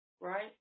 right